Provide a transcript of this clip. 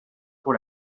pour